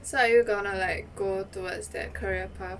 so are you gonna like go towards that career path